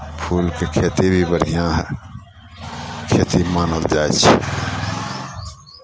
आ फूलके खेती भी बढ़िआँ हइ खेती मन उपजाइ छै